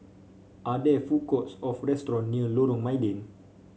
are there food courts or restaurants near Lorong Mydin